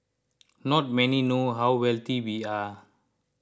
not many know how wealthy we are